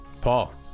Paul